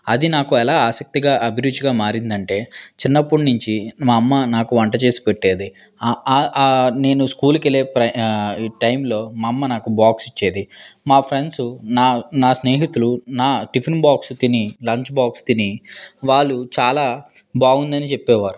అది నాకు అలా ఆసక్తిగా అభిరుచిగా మారిందంటే చిన్నప్పుడు నుంచి మా అమ్మ నాకు వంట చేసి పెట్టేది నేను స్కూల్కి వెళ్ళే ఫ్ర టైంలో మా అమ్మ నాకు బాక్స్ ఇచ్చేది మా ఫ్రెండ్స్ నా నా స్నేహితులు నా టిఫిన్ బాక్స్ తిని లంచ్ బాక్స్ తిని వాళ్ళు చాలా బాగుందని చెప్పేవారు